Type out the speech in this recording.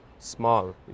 Small